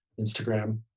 Instagram